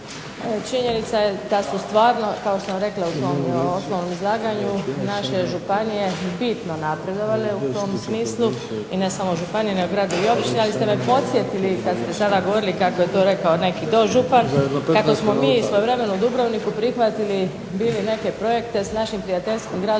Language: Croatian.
Činjenica je da su stvarno kao što sam rekla u svom izlaganju naše županije bitno napredovale u tom smislu, i ne samo županije nego i gradovi i općine, ali ste me podsjetili kad ste sada govorili, kako je to rekao neki dožupan, kako smo mi istovremeno u Dubrovniku prihvatili bili neke projekte s našim prijateljskim gradom